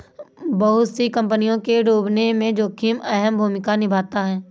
बहुत सी कम्पनियों के डूबने में जोखिम अहम भूमिका निभाता है